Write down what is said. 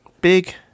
big